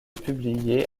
publiée